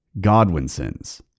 Godwinsons